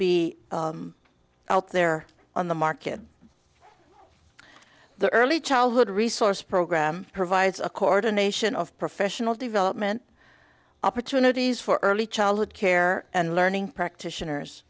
be out there on the market the early childhood resource program provides a corridor nation of professional development opportunities for early childhood care and learning practitioners